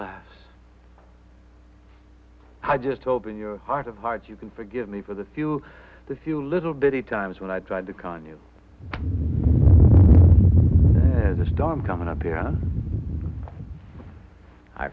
laughs i just hope in your heart of hearts you can forgive me for the few the few little bitty times when i tried to con you the storm coming up